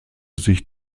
sich